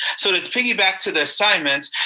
so to to piggyback to the assignments,